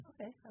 Okay